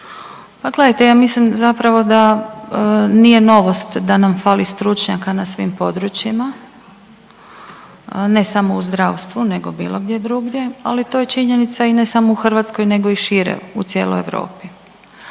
Pa gledajte ja mislim zapravo da nije novost da nam fali stručnjaka na svim područjima, ne samo u zdravstvu nego bilo gdje drugdje, ali to je činjenica i ne samo u Hrvatskoj nego i šire u cijeloj Europi.